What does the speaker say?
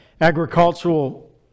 agricultural